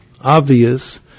obvious